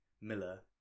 Miller